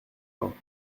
pins